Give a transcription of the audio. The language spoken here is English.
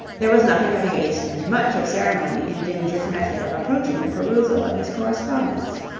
there was nothing of haste and much of ceremony in ginger's method of approaching the perusal of his correspondence.